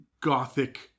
gothic